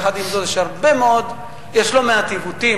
יחד עם זה, יש לא מעט עיוותים.